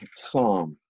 psalm